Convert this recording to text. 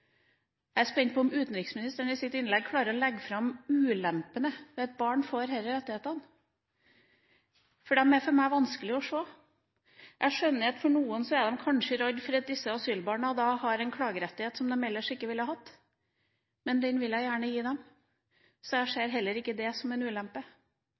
Jeg er spent på om utenriksministeren i sitt innlegg klarer å legge fram ulempene ved at barn får disse rettighetene, for de er vanskelig å se for meg. Jeg skjønner at noen kanskje er redde for at disse asylbarna får en klagerettighet som de ellers ikke ville hatt, men den vil jeg gjerne gi dem. Så jeg ser ikke det som en ulempe.